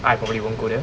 I probably won't go there